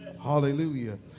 Hallelujah